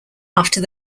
after